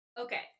Okay